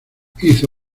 hizo